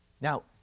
Now